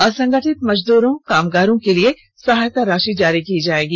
असंगठित मजदूरों कामगारों के लिए सहायता राशि जारी की जाएगी